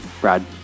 Brad